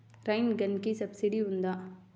Rain గన్కి సబ్సిడీ ఉందా?